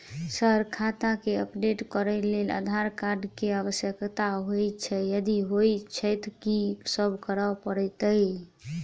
Sir खाता केँ update करऽ लेल आधार कार्ड केँ आवश्यकता होइ छैय यदि होइ छैथ की सब करैपरतैय?